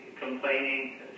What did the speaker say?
complaining